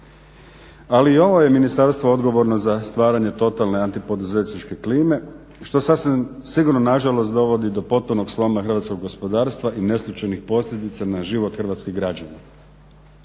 Ali i ovo je Ministarstvo odgovorno za stvaranje totalne antipoduzetničke klime što sasvim sigurno nažalost dovodi do potpunog sloma hrvatskog gospodarstva i neslućenih posljedica na život hrvatskih građana.